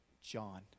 John